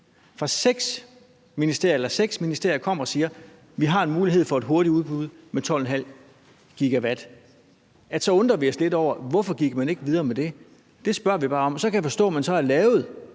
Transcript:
er et ministerudvalg, og at seks ministerier kommer og siger, at vi har en mulighed for et hurtigt udbud med 12,5 GW, undrer vi os lidt over, hvorfor man ikke gik videre med det. Det spørger vi bare om. Så kan jeg så forstå, at man har lavet